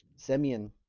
Semyon